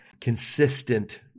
consistent